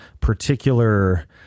particular